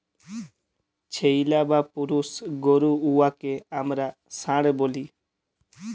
ছেইল্যা বা পুরুষ গরু উয়াকে আমরা ষাঁড় ব্যলি